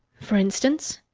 for instance?